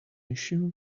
issue